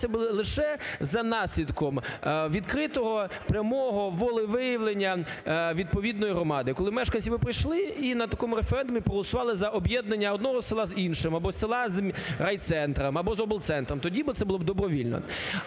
б лише за наслідком відкритого, прямого волевиявлення відповідної громади, коли мешканці би прийшли і на такому референдумі проголосували за об'єднання одного села з іншим, або села з райцентром, або з облцентром, тоді би це було б добровільно.